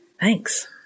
thanks